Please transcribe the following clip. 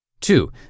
Two